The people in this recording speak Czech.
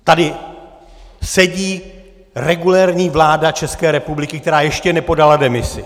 Tady sedí regulérní vláda České republiky, která ještě nepodala demisi.